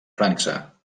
frança